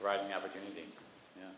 right yeah